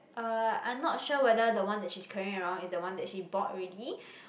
uh I'm not sure whether the one that she's carrying around is the one that she bought already